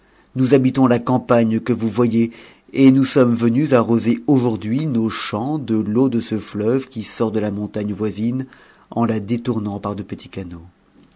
nous habitons la campagne que vous voyez et nous sommes venus arroser aujourd'hui nos champs de l'eau de ce fleuve qui sort de a montagne voisine en la détournant par de petits canaux